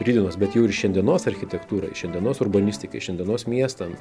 rytdienos bet jau ir šiandienos architektūrai šiandienos urbanistikai šiandienos miestam